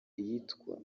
iyitwa